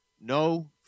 No